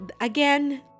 again